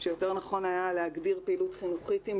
שיותר נכון היה להגדיר פעילות חינוכית עם